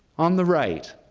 on the right,